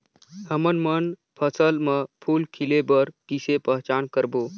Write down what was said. हमन मन फसल म फूल खिले बर किसे पहचान करबो?